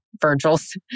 Virgils